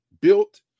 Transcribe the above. built